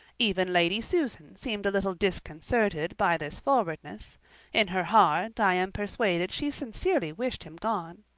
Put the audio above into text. even lady susan seemed a little disconcerted by this forwardness in her heart i am persuaded she sincerely wished him gone.